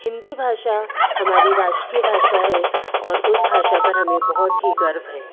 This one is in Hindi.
हिंदी भाषा हमारी राष्ट्रीय भाषा है और उस भाषा पर हमें बहुत ही गर्व है